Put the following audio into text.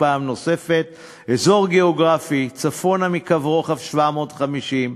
פעם נוספת: אזור גיאוגרפי צפונה מקו רוחב 750,